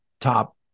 top